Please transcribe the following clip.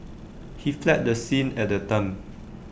he fled the scene at the time